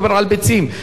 זה שווה-ערך.